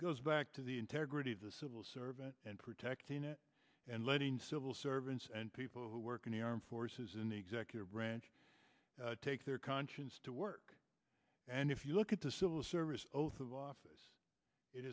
goes back to the integrity of the civil service and protecting and letting civil servants and people who work in the armed forces in the executive branch take their conscience to work and if you look at the civil service oath of office it